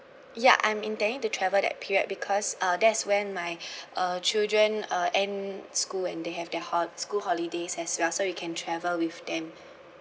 ya I'm intending to travel that period because uh that is when my uh children uh end school and they have their hol~ school holidays as well so we can travel with them